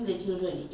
oh